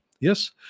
yes